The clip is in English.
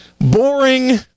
boring